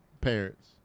parents